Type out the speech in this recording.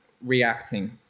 reacting